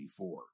1984